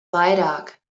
vairāk